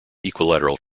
equilateral